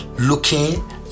looking